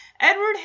Edward